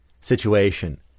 situation